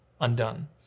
undone